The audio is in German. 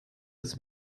des